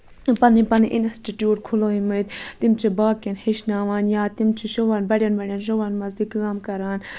پَنٕنۍ پَنٕنۍ اِنسٹِٹوٗٹ کھلٲومٕتۍ تِم چھِ باقین ہیٚچھناوان یا تِم چھِ تِم چھِ شوَن تِم چھِ بَڑین بَڑین شون منٛز تہِ کٲم کران